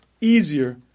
easier